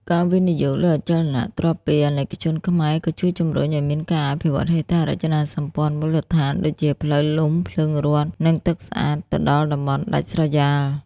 ការវិនិយោគលើអចលនទ្រព្យពីអាណិកជនខ្មែរ ក៏ជួយជំរុញឱ្យមាន "ការអភិវឌ្ឍហេដ្ឋារចនាសម្ព័ន្ធមូលដ្ឋាន" ដូចជាផ្លូវលំ ភ្លើងរដ្ឋ និងទឹកស្អាត ទៅដល់តំបន់ដាច់ស្រយាល។